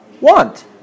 want